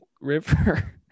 river